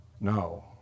No